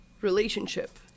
relationship